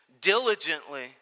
diligently